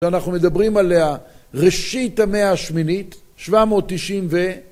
אנחנו מדברים עליה ראשית המאה השמינית, 790 ו...